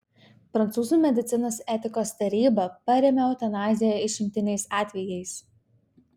prancūzų medicinos etikos taryba parėmė eutanaziją išimtiniais atvejais